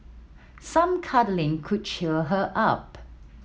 some cuddling could cheer her up